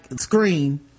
screen